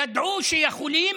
ידעו שיכולים,